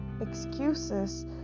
excuses